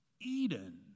Eden